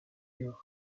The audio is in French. york